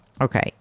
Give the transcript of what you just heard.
Okay